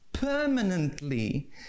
permanently